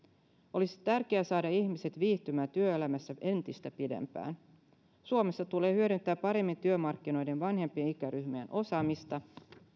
olisi tärkeää saada ihmiset viihtymään työelämässä entistä pidempään suomessa tulee hyödyntää paremmin työmarkkinoiden vanhempien ikäryhmien osaamista